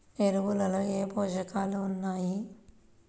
ఎరువులలో ఏ పోషకాలు ఉన్నాయి?